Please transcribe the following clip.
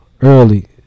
early